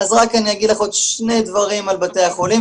אז רק אני אגיד לך עוד שני דברים על בתי החולים,